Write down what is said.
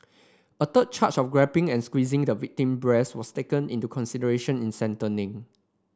a third charge of grabbing and squeezing the victim breast was taken into consideration in